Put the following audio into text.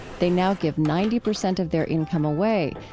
they now give ninety percent of their income away,